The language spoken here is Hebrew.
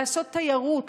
לעשות תיירות,